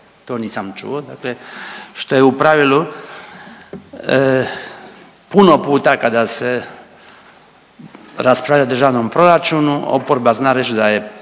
to nisam čuo, dakle što je u pravilu puno puta kada se raspravlja o državnom proračunu oporba zna reći da je